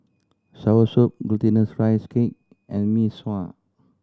soursop Glutinous Rice Cake and Mee Sua